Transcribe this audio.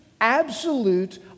absolute